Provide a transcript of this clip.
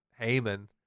Haman